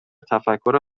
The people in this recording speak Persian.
تفکر